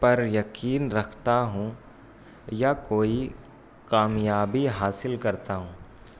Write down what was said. پر یقین رکھتا ہوں یا کوئی کامیابی حاصل کرتا ہوں